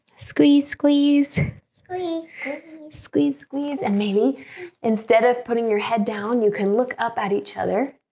squeeze squeeze squeeze squeeze and maybe instead of putting your head down. you can look up at each other